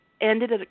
ended